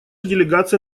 делегация